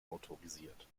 autorisiert